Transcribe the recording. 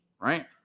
right